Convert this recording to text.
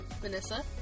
Vanessa